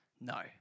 No